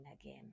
again